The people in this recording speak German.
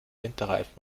winterreifen